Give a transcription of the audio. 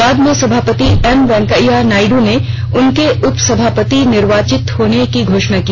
बाद में सभापति एम वेंकैया नायड् ने उनके उपसभापति निर्वाचित होने की घोषणा की